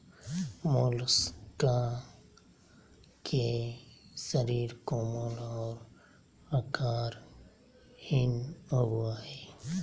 Mollusca के शरीर कोमल और आकारहीन होबय हइ